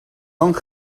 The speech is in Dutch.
lang